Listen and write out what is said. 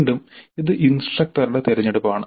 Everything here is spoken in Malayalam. വീണ്ടും ഇത് ഇൻസ്ട്രക്ടറുടെ തിരഞ്ഞെടുപ്പാണ്